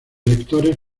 lectores